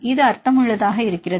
இது அர்த்தமுள்ளதாக இருக்கிறது